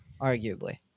arguably